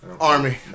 Army